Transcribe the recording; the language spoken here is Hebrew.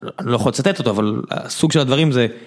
לא... אני לא יכול לצטט אותו, אבל סוג של הדברים זה.